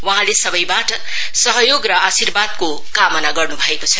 वहाँले सवैबाट सहयोग र आर्शिवादको कामना गर्नु भएको छ